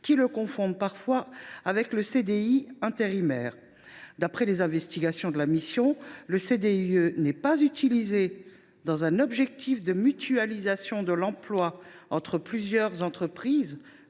qui le confondent parfois avec le CDI intérimaire. « D’après les investigations de la mission, le CDIE n’est pas utilisé dans un objectif de mutualisation de l’emploi entre plusieurs entreprises,